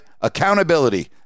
Accountability